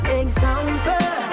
example